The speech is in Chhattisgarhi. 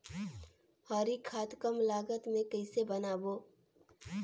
हरी खाद कम लागत मे कइसे बनाबो?